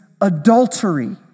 adultery